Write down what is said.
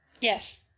Yes